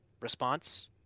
response